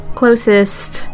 closest